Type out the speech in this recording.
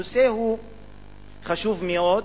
הנושא הוא חשוב מאוד,